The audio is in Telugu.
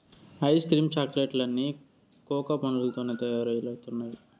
ఐస్ క్రీమ్ చాక్లెట్ లన్నీ కోకా పండ్లతోనే తయారైతండాయి